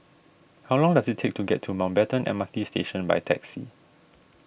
how long does it take to get to Mountbatten M R T Station by taxi